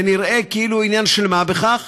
זה נראה כאילו עניין של מה בכך,